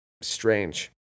strange